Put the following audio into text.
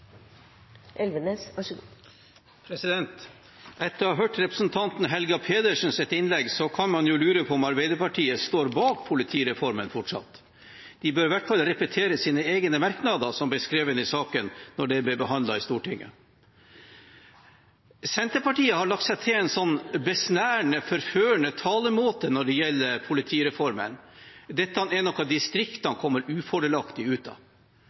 Helga Pedersens innlegg kan man jo lure på om Arbeiderpartiet fortsatt står bak politireformen. De bør i hvert fall repetere sine egne merknader som ble skrevet i saken da den ble behandlet i Stortinget. Senterpartiet har lagt seg til en sånn besnærende, forførende talemåte når det gjelder politireformen. Dette er noe distriktene kommer ufordelaktig ut av.